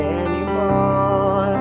anymore